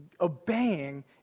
obeying